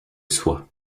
soie